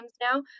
now